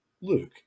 luke